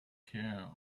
care